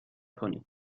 کنید